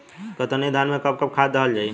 कतरनी धान में कब कब खाद दहल जाई?